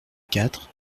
quatre